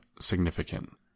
significant